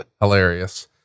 hilarious